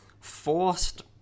forced